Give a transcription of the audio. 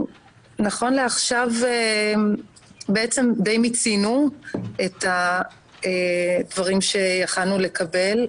נכון לעכשיו בעצם די מיצינו את הדברים שיכלנו לקבל,